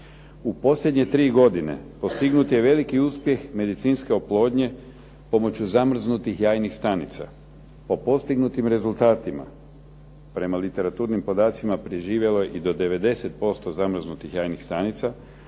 U posljednje 3 godine postignut je veliki uspjeh medicinske oplodnje pomoću zamrznutih jajnih stanica. Po postignutim rezultatima, prema literaturnim podacima preživjeloj i do 90% zamrznutih jajnih stanica,